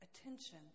attention